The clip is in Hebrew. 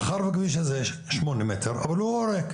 מאחר והכביש הזה 8 מטר אבל הוא עורק,